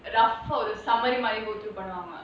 rough summary மாதிரி:maathiri go through பண்ணுவாங்க:pannuvaanga